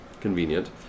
convenient